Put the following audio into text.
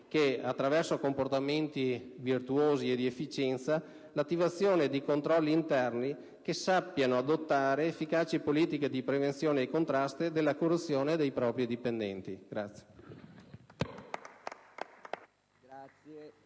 che, attraverso comportamenti virtuosi e l'attivazione di controlli interni, sappiano adottare efficaci politiche di prevenzione e contrasto della corruzione dei propri dipendenti.